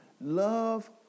Love